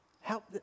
help